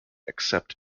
except